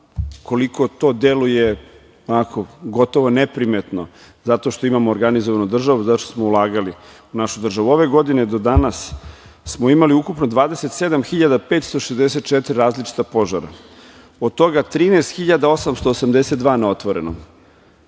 koliko to deluje, onako gotovo neprimetno zato što imamo organizovanu državu, zato što smo ulagali u našu državu. Ove godine do danas imali smo ukupno 27.564 različita požara. Od toga 13.882 na otvorenom.